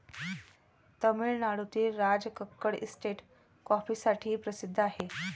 तामिळनाडूतील राजकक्कड इस्टेट कॉफीसाठीही प्रसिद्ध आहे